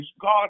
God